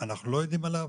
לא יודעים עליו,